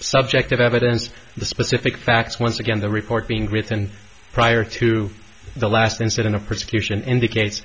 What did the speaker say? subjective evidence of the specific facts once again the report being written prior to the last incident a persecution indicates